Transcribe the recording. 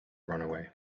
runaway